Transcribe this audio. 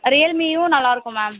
ரியல்மியும் நல்லா இருக்கும் மேம்